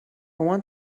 want